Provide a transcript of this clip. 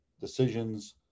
decisions